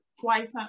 Twice